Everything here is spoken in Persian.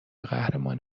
قهرمان